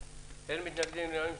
הצבעה אושרה אין מתנגדים, אין נמנעים.